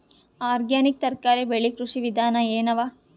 Organic ತರಕಾರಿ ಬೆಳಿ ಕೃಷಿ ವಿಧಾನ ಎನವ?